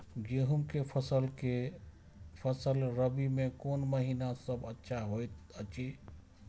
गेहूँ के फसल रबि मे कोन महिना सब अच्छा होयत अछि?